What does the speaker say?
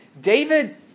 David